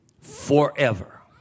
forever